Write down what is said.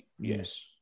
Yes